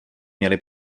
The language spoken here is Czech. měli